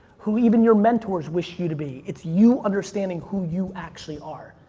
who even your mentors wish you to be. it's you understanding who you actually are.